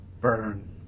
Burn